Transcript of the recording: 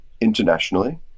internationally